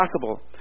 possible